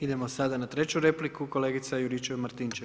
Idemo sada na treću repliku, kolegica Juričev-Martinčev.